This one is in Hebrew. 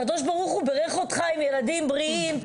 הקדוש ברוך הוא בירך אותך עם ילדים בריאים,